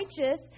righteous